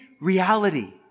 reality